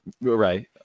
Right